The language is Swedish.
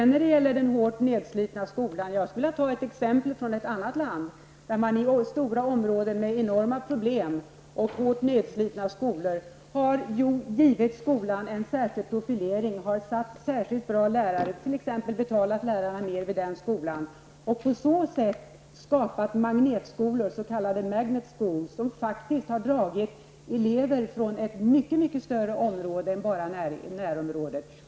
När det gäller den hårt nedslitna skolan skulle jag vilja ta ett exempel från ett annat land där man i stora områden med enorma problem och hårt nedslitna skolor har givit skolan en särskild profilering, bl.a. anställt särskilt bra lärare, t.ex. gett lärarna högre löner. På så sätt har man skapat magnetskolor, s.k. magnet schools, som faktiskt dragit till sig elever från ett mycket större område än bara närområdet.